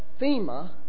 FEMA